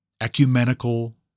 ecumenical